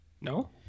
No